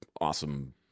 awesome